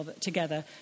together